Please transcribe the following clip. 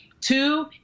Two